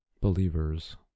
believers